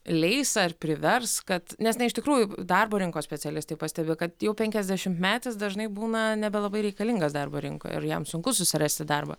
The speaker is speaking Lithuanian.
leis ar privers kad nes na iš tikrųjų darbo rinkos specialistai pastebi kad jau penkiasdešimtmetis dažnai būna nebelabai reikalingas darbo rinkoj ir jam sunku susirasti darbą